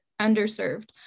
underserved